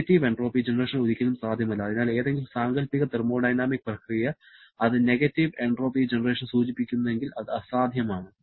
negative entropy generation ഒരിക്കലും സാധ്യമല്ല അതിനാൽ ഏതെങ്കിലും സാങ്കൽപ്പിക തെർമോഡൈനാമിക് പ്രക്രിയ അത് നെഗറ്റീവ് എൻട്രോപ്പി ജനറേഷൻ സൂചിപ്പിക്കുന്നെങ്കിൽ അത് അസാധ്യമാണ്